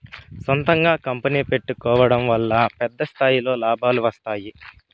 సొంతంగా కంపెనీ పెట్టుకోడం వల్ల పెద్ద స్థాయిలో లాభాలు వస్తాయి